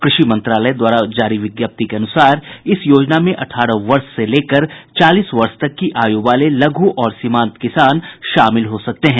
कृषि मंत्रालय द्वारा जारी विज्ञप्ति के अनुसार इस योजना में अठारह वर्ष से लेकर चालीस वर्ष तक की आयु वाले लघु और सीमांत किसान शामिल हो सकते हैं